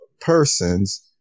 persons